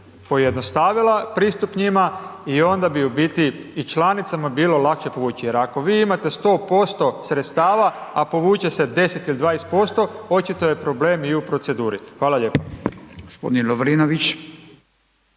pojednostavila pristup njima i onda bi u biti i članicama bilo lakše povući ih, jer ako vi imate 100% sredstava, a povuče se 10 ili 20% očito je problem i u proceduri. Hvala lijepa.